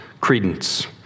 credence